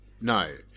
No